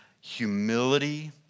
humility